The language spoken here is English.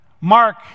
Mark